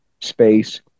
space